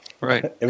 right